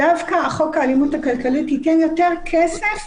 דווקא חוק האלימות הכלכלית ייתן יותר כסף,